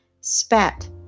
spat